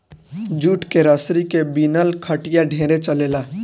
jute के रसरी के बिनल खटिया ढेरे चलेला